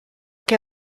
che